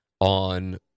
on